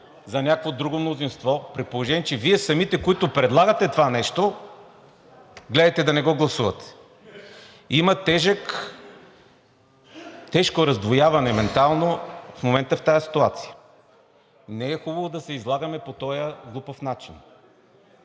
за някакво друго мнозинство, при положение че Вие самите, които предлагате това нещо, гледате да не го гласувате. Има тежко ментално раздвояване в момента в тази ситуация. Не е хубаво да се излагаме по този глупав начин.